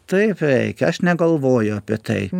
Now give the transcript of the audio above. taip reikia aš negalvoju apie tai